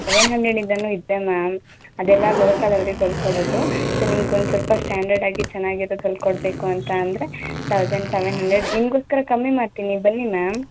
seven ಹಂಡ್ರೆಡಿಂದನೂ ಇದೆ ma'am ಅದೆಲ್ಲ ಲೋಕಲ್ ಅವ್ರಿಗೆ ಹೊಲ್ದ್ ಕೊಡೋದು ಸೋ ನಿಮ್ಗೆ ಒಂದು ಸ್ವಲ್ಪ ಸ್ಟ್ಯಾಂಡರ್ಡಾಗಿ ಚೆನ್ನಾಗಿರೋದ್ ಹೊಲ್ದ್ ಕೊಡಬೇಕು ಅಂತ ಅಂದರೆ ತೌಸೆಂಡ್ ಸೆವೆನ್ ಹಂಡ್ರೆಡ್ ನಿಮಗೋಸ್ಕರ ಕಮ್ಮಿ ಮಾಡ್ತೀನಿ ಬನ್ನಿ ಮ್ಯಾಮ್